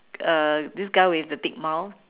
uh this guy with the big mouth